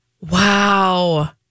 Wow